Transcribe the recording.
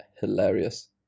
hilarious